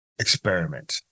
experiment